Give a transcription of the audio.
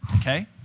Okay